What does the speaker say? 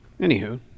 anywho